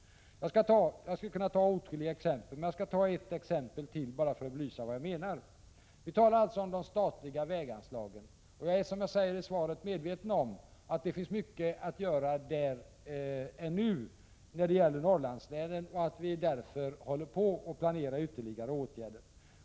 Jag skulle kunna ta åtskilliga exempel, men jag skall bara ta ett enda för att belysa vad jag menar. Vi talar alltså om de statliga väganslagen. Som jag sade i interpellationssvaret är jag medveten om att det fortfarande finns mycket att göra när det gäller Norrlandslänen och att vi därför håller på att planera ytterligare åtgärder.